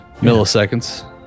milliseconds